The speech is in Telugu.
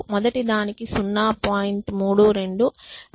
32 రెండవదానికి 1